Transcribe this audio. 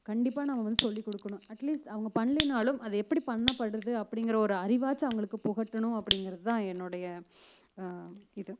கண்டிப்பாக நாம் வந்து சொல்லிக் கொடுக்கணும் அட்லீஸ்ட் அவங்க பண்ணலேனாலும் அது எப்படி பண்ணப்படுது அப்படிங்கிற ஒரு அறிவாச்சும் அவங்களுக்குப் புகட்டணும் அப்படிங்கிறது தான் என்னோட இது